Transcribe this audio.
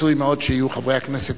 רצוי מאוד שיהיו חברי כנסת,